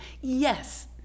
yes